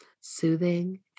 soothing